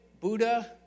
Buddha